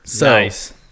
Nice